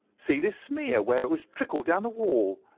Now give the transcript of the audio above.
see this smear where it has trickled down the wall!